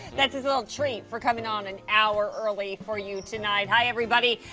that's his little treat for coming on an hour early for you tonight, hi everybody,